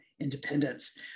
independence